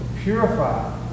purify